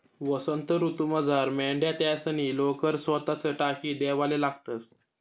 वसंत ऋतूमझार मेंढ्या त्यासनी लोकर सोताच टाकी देवाले लागतंस